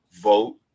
vote